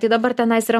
tai dabar tenais yra